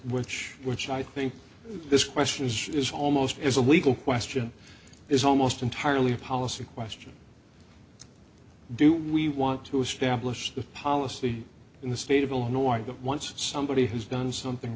which which i think this question is is almost as a legal question is almost entirely a policy question do we want to establish the policy in the state of illinois that once somebody has done something